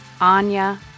Anya